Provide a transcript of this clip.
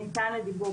לדיבור.